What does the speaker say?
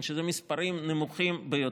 מספרים נמוכים ביותר.